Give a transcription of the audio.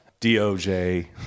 DOJ